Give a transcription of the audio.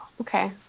Okay